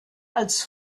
als